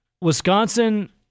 Wisconsin